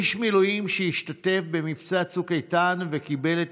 איש מילואים שהשתתף במבצע צוק איתן וקיבל את